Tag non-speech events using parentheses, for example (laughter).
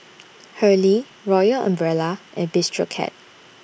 (noise) Hurley Royal Umbrella and Bistro Cat